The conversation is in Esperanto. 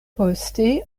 poste